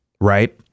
right